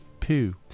Poo